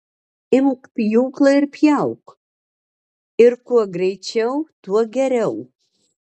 imk pjūklą ir pjauk ir kuo greičiau tuo geriau